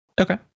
Okay